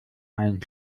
einen